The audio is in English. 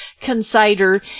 consider